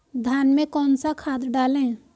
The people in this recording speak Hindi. धान में कौन सा खाद डालें?